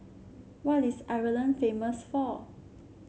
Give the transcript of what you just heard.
what is Ireland famous for